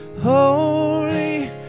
Holy